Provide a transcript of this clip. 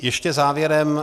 Ještě závěrem.